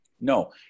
No